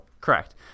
correct